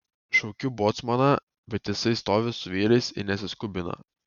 šaukiu bocmaną bet jisai stovi su vyrais ir nesiskubina